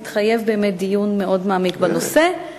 באמת מתחייב דיון מאוד מעמיק בנושא,